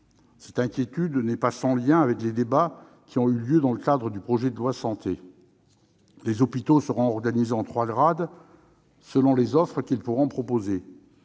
Cette inquiétude n'est pas sans lien avec les débats qui ont eu lieu dans le cadre de l'examen du projet de loi Santé. Les hôpitaux seront organisés en trois grades, selon les offres qu'ils pourront proposer.